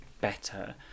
better